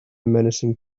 menacing